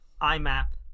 I-map